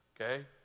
okay